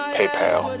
PayPal